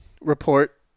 report